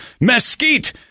mesquite